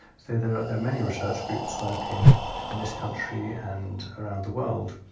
so there, there are many research groups working in this country and around the world.